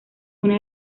una